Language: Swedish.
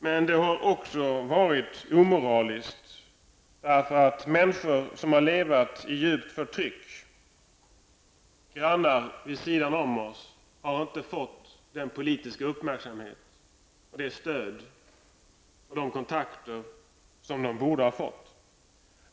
Men det har också varit omoraliskt, därför att människor som har levat i djupt förtryck, grannar vid sidan om oss, inte har fått den politiska uppmärksamhet, det stöd och de kontakter som de borde ha fått.